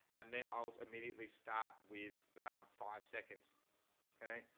and then i'll immediately start with five seconds okay,